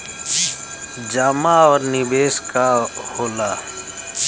जमा और निवेश का होला?